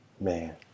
Man